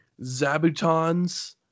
Zabutons